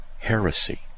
Heresy